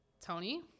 Tony